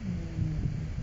hmm